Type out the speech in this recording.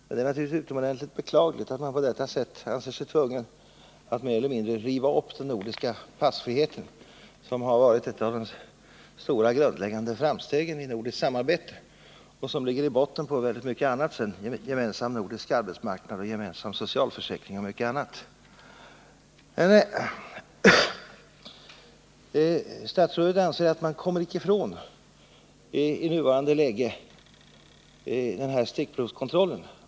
Det är naturligtvis utomordentligt beklagligt att man på detta sätt anser sig tvungen att mer eller mindre riva upp den nordiska passfriheten, som har varit ett av de stora grundläggande framstegen i nordiskt samarbete och som ligger i botten på mycket annat, en gemensam nordisk arbetsmarknad och gemensam socialförsäkring etc. Statsrådet anser att man inte kommer ifrån stickprovskontrollen i nuvarande läge.